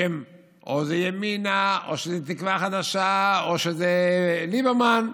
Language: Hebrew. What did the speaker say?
או שזה ימינה או שזה תקווה חדשה או שזה ליברמן,